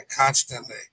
constantly